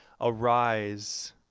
Arise